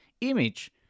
Image